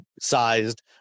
sized